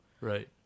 right